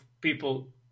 people